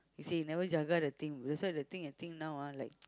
he say he never jaga the thing that's why the thing I think now ah like